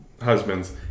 husband's